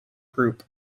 group